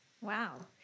Wow